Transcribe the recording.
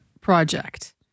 Project